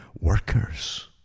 workers